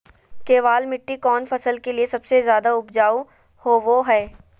केबाल मिट्टी कौन फसल के लिए सबसे ज्यादा उपजाऊ होबो हय?